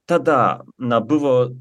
tada na buvo